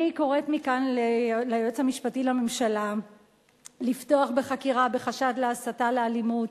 אני קוראת מכאן ליועץ המשפטי לממשלה לפתוח בחקירה בחשד להסתה לאלימות.